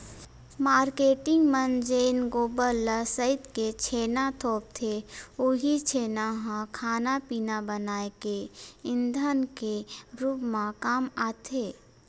marketing मन जेन गोबर ल सइत के छेना थोपथे उहीं छेना ह खाना पिना बनाए के ईधन के रुप म काम आथे